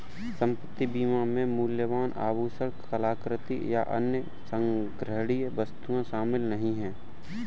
संपत्ति बीमा में मूल्यवान आभूषण, कलाकृति, या अन्य संग्रहणीय वस्तुएं शामिल नहीं हैं